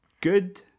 good